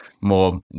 more